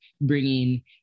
bringing